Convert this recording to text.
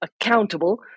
accountable